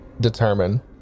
Determine